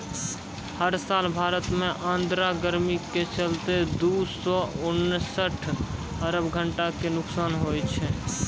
हर साल भारत मॅ आर्द्र गर्मी के चलतॅ दू सौ उनसठ अरब घंटा के नुकसान होय छै